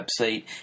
website